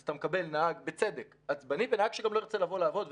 אז אתה מקבל בצדק נהג עצבני ונהג שגם לא ירצה לבוא לעבוד.